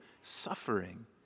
suffering